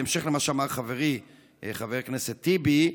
בהמשך למה שאמר חברי חבר הכנסת טיבי,